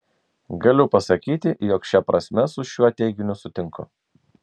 galiu pasakyti jog šia prasme su šiuo teiginiu sutinku